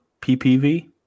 PPV